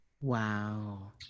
wow